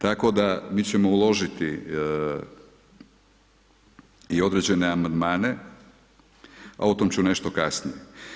Tako da mi ćemo uložiti i određene amandmane, a o tom ću nešto kasnije.